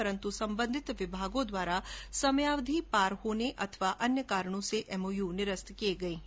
परन्त् संबंधित विभागों द्वारा समयावधि पार होने अथवा अन्य कारणों से एमओयू निरस्त किये गये हैं